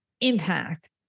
impact